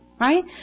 Right